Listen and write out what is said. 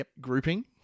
grouping